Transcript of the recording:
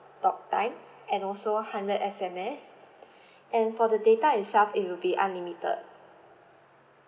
talk time and also hundred S_M_S and for the data itself it will be unlimited